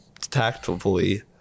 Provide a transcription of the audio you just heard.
tactfully